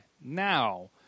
Now